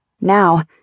Now